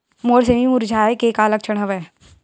मोर सेमी मुरझाये के का लक्षण हवय?